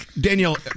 Danielle